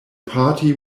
party